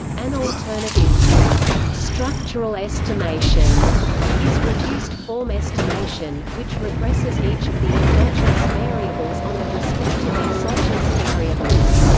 an alternative to structural estimation is reduced-form estimation, which regresses each of the endogenous variables on the respective exogenous variables.